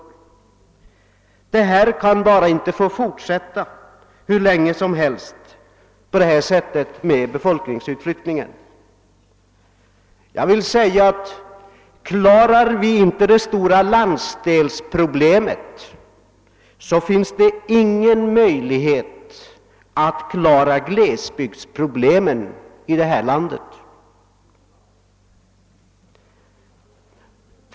Befolkningsutflyttningen kan bara inte få fortsätta på det här sättet hur länge som helst. Klarar vi inte det stora landsdelsproblemet, finns det ingen möjlighet att klara glesbygdsproblemen 1 det här landet.